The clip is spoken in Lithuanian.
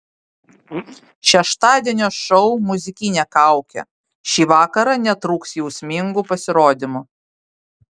šeštadienio šou muzikinė kaukė šį vakarą netrūks jausmingų pasirodymų